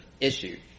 issue